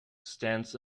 stands